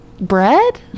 bread